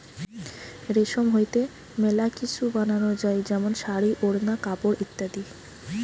রেশম হইতে মেলা কিসু বানানো যায় যেমন শাড়ী, ওড়না, কাপড় ইত্যাদি